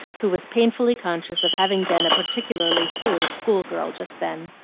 who was painfully conscious of having been a particularly silly school-girl just then.